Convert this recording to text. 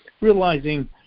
realizing